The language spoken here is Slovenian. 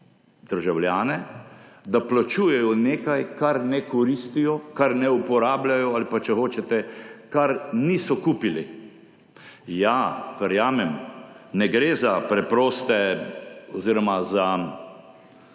državljane, da plačujejo nekaj, česar ne koristijo, česar ne uporabljajo ali pa, če hočete, česar niso kupili. Ja, verjamem, ne gre za klasično, za